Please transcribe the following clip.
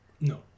no